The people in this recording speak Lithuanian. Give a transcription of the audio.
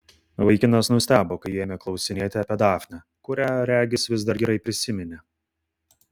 vaikinas nustebo kai ji ėmė klausinėti apie dafnę kurią regis vis dar gerai prisiminė